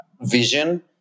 vision